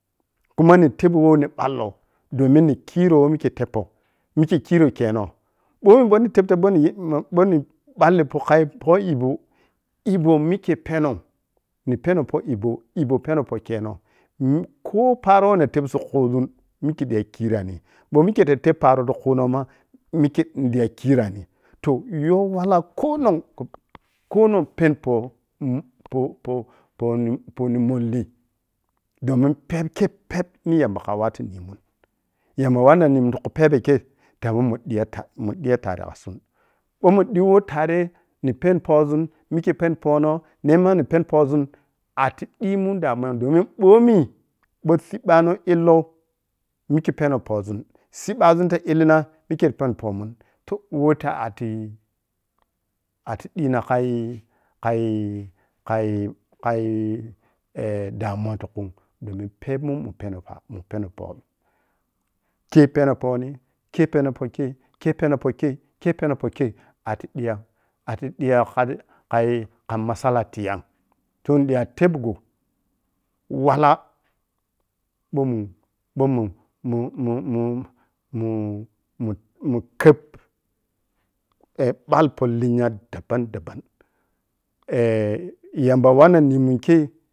Kuma ni tebowoh ni ɓallou domin ni khi rou woh mikke ta tebpou mikke khiro keno ɓomi ɓou ni teb ba boni yei ma ɓouni ɓolli poh kha poh igbo, igbo mikke pɛnou ni pɛnou poh igbo, igbo pɛnou poh keno niko-o-o paro woh na teb tsun ku zun mikke diya khirani bou mikke tatel paro ti khuno ma mikke ƌiya khirani bou mikke tatel paro ti khuno ma mikke diya khira ni toh yowala konong konongi ni poh-poh-poh-poh ni pohni molni domin pau kei pɛp nin yamba kha wattun nemun yaba wannan nemun ti khu phebe kei ta woh mun diya ta-mun diya tare kla tsabi tsun ɓou mun diwo tare ni peni poh zun mikke peni pohnɔh nema ni pɛni poh zun atidi mun damuwan domin ɓomi bou sibɓano illou mikkei pɛnou pohzun sibbano ta illina mikkei pɛnou poh mun toh who ta wattiati diina khai-khaii-khaii kha damuwa ti khumun domin pɛp mun mu pɛnou paro mun pɛno pohni kei, kei pɛno poh kei, kei pɛno poh kei aiti diyan kha ati diya kha-kha kha masala ti yam tun ƌi ta teb gho wala ɓou mun, bou mun mum-mun-mun-mun-mun mun kheb balli poh lenya dabam-dabam yamba wannan nimun kei